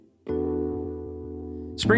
Spring